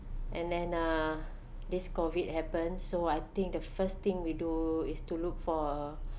and then uh this COVID happens so I think the first thing we do is to look for